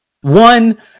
One